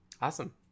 Awesome